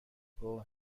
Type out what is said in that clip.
اوه